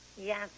Yes